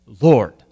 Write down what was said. Lord